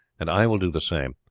and i will do the same,